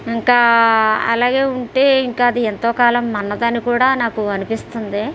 ఇంకా అలాగే ఉంటే ఇంకా అది ఎంతో కాలం మన్నదు అని కూడా నాకు అనిపిస్తుంది